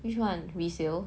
which one resale